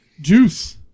juice